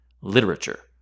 literature